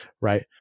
Right